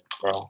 Bro